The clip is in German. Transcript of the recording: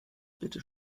bitte